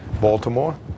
Baltimore